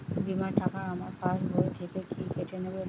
বিমার টাকা আমার পাশ বই থেকে কি কেটে নেবে?